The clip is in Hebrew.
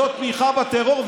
זאת תמיכה בטרור,